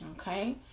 Okay